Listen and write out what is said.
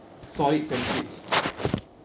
solid friendships